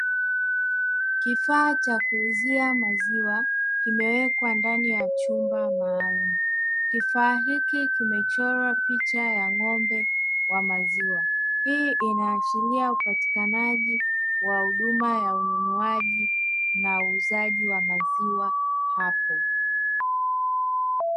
kifaa cha kuuzia maizwa kimewekwa ndani ya chumba maalumu, kifaa hiki kimechorwa picha ya ng'ombe wa maziwa. Hii inaashiria upatikanaji wa huduma ya ununuaji na uuzaji wa maziwa hapo.